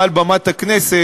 מעל במת הכנסת,